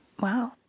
Wow